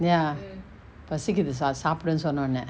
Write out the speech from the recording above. ya பசிக்குது:pasikuthu sa~ சாப்டன்னு சொன்னோன:saaptanu sonnona